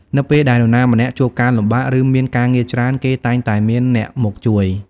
នៅពេលដែលនរណាម្នាក់ជួបការលំបាក ឬមានការងារច្រើន គេតែងតែមានអ្នកមកជួយ។